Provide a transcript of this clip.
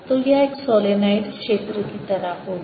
तो यह एक सोलेनोइड क्षेत्र की तरह होगा